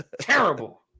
Terrible